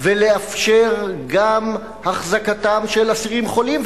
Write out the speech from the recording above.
ולאפשר גם החזקתם של אסירים חולים,